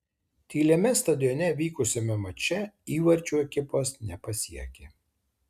tyliame stadione vykusiame mače įvarčių ekipos nepasiekė